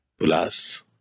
Pulas